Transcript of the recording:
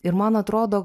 ir man atrodo